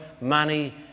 money